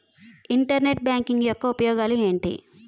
Internet banking యెక్క ఉపయోగాలు ఎంటి?